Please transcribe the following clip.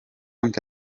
anche